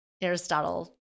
aristotle